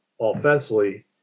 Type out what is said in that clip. offensively